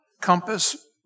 compass